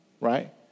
Right